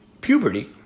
puberty